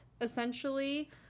essentially